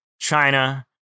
China